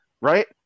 right